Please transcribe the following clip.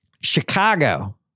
Chicago